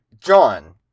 John